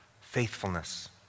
Faithfulness